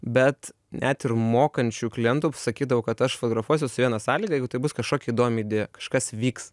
bet net ir mokančių klientų pasakydavau kad aš fotografuosiuosi su viena sąlyga jeigu tai bus kažkokia įdomi idėja kažkas vyks